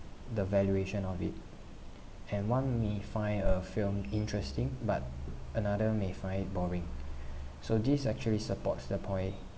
the valuation of it and one may find a film interesting but another may find it boring so this actually supports the point